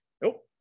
Nope